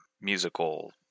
musical